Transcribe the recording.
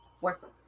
work